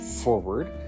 forward